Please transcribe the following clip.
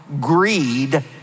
greed